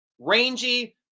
Rangy